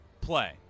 play